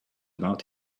about